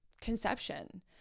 conception